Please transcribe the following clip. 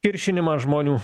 kiršinimas žmonių